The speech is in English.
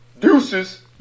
Deuces